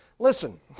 Listen